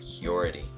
purity